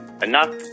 Enough